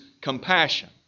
compassion